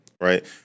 right